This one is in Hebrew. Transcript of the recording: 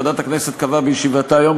ועדת הכנסת קבעה בישיבתה היום,